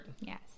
Yes